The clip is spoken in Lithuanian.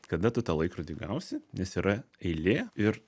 kada tu tą laikrodį gausi nes yra eilė ir